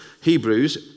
Hebrews